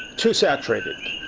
too saturated.